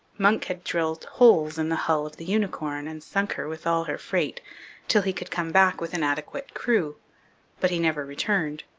munck had drilled holes in the hull of the unicorn and sunk her with all her freight till he could come back with an adequate crew but he never returned.